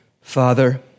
Father